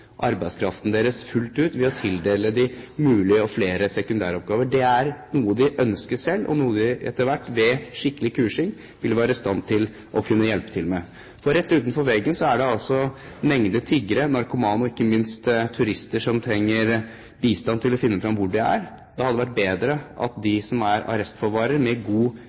arbeidskraften deres fullt ut ved å tildele dem mulige og flere sekundæroppgaver. Det er noe de ønsker selv, og noe de ved skikkelig kursing etter hvert vil være i stand til å hjelpe til med. Rett utenfor veggen er det altså en mengde tiggere, narkomane og ikke minst turister, som trenger bistand til å finne fram. Det hadde vært bedre om de som er arrestforvarere, med god grunnkursing i begrenset politimyndighet kunne bistå politiet og skape mer